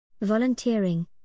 Volunteering